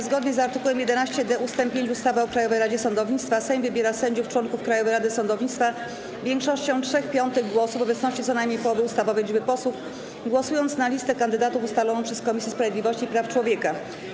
Zgodnie z art. 11d ust. 5 ustawy o Krajowej Radzie Sądownictwa Sejm wybiera sędziów członków Krajowej Rady Sądownictwa większością 3/5 głosów w obecności co najmniej połowy ustawowej liczby posłów, głosując na listę kandydatów ustaloną przez Komisję Sprawiedliwości i Praw Człowieka.